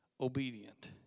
obedient